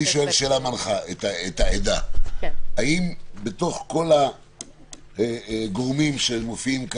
אני שואל שאלה מנחה: האם בתוך כל הגורמים שמופיעים,